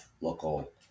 local